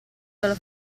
dalla